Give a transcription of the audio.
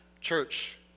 church